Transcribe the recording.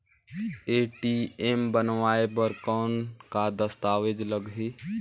ATM बनवाय बर कौन का दस्तावेज लगही?